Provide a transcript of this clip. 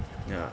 ya